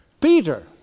Peter